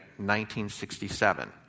1967